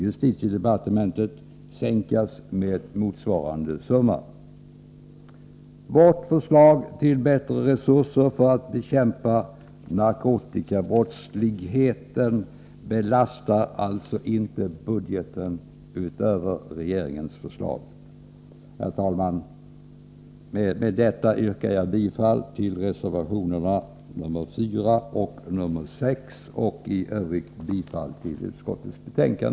Justitiedepartementet sänkas med motsvarande summa. Vårt förslag om större resurser för att bekämpa narkotikabrottsligheten belastar alltså inte budgeten utöver regeringens förslag. Herr talman! Med detta yrkar jag bifall till reservationerna 4 och 6 och i Övrigt till utskottets hemställan.